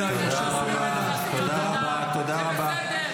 אם זה לא ערבים אין לך זכויות אדם.